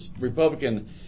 Republican